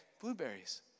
blueberries